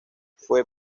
fue